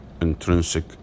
intrinsic